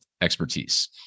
expertise